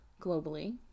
globally